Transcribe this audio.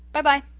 by-by.